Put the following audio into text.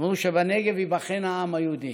אמרו ש"בנגב ייבחן העם היהודי".